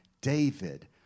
David